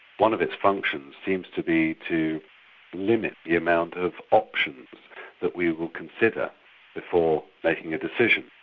one of its functions seems to be to limit the amount of options that we will consider before making a decision.